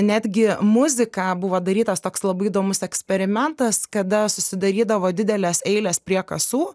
netgi muzika buvo darytas toks labai įdomus eksperimentas kada susidarydavo didelės eilės prie kasų